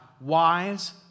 wise